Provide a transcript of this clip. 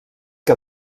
que